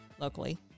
locally